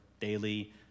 daily